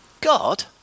God